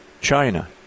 China